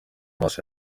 maso